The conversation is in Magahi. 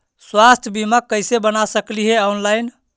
स्वास्थ्य बीमा कैसे बना सकली हे ऑनलाइन?